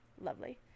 Lovely